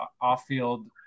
off-field